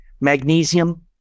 Magnesium